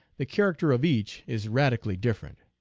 the character of each is radically different.